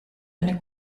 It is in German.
eine